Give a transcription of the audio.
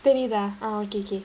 தெரிதா:therithaa uh okay okay